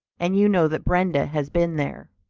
and you know that brenda has been there.